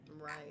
right